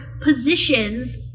positions